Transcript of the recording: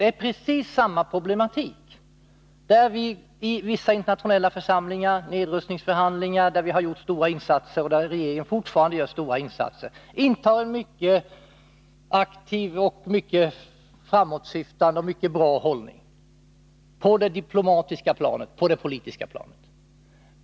Här är det fråga om precis samma problematik. I vissa internationella församlingar, t.ex. vid nedrustningsförhandlingar, har regeringen gjort stora insatser och gör fortfarande sådana. Vi intar på det diplomatiska och politiska planet en framåtsyftande och bra hållning.